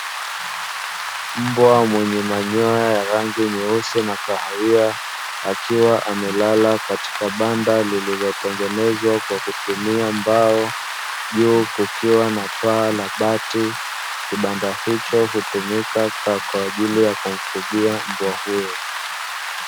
Mbwa mwenye manyoya ya rangi nyeusi na kahawia akiwa amelala katika banda lililotengenezwa kwa kutumia mbao juu kukiwa na paa la bati, kibanda hicho hutumika kwa ajili ya kumfugia mbwa huyo.